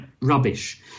rubbish